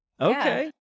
Okay